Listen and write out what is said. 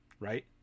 Right